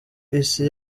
isi